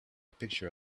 picture